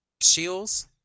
Shields